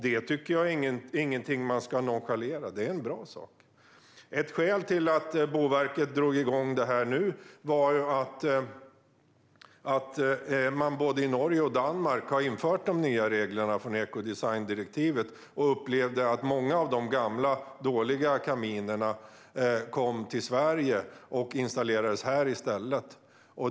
Det tycker jag inte är någonting som man ska nonchalera. Det är en bra sak. Ett skäl till att Boverket drog igång det här nu är att man både i Norge och Danmark har infört dessa regler från ekodesigndirektivet. Man upplevde att många av de gamla, dåliga kaminerna kom till Sverige och installerades här i stället.